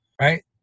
right